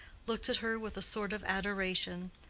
looked at her with a sort of adoration.